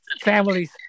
families